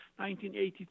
1983